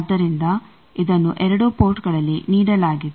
ಆದ್ದರಿಂದ ಇದನ್ನು ಎರಡೂ ಪೋರ್ಟ್ಗಳಲ್ಲಿ ನೀಡಲಾಗಿದೆ